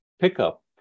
pickup